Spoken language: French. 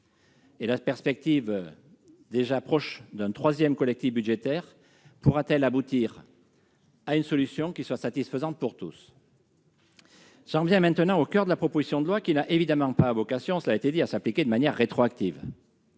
? La perspective, déjà proche, d'un troisième collectif budgétaire pourra-t-elle aboutir à une solution satisfaisante pour tous ? J'en viens maintenant au coeur de la proposition de loi qui n'a évidemment pas vocation à s'appliquer de manière rétroactive.